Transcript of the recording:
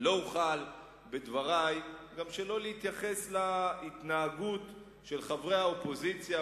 לא אוכל בדברי שלא להתייחס גם להתנהגות של חברי האופוזיציה,